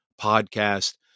podcast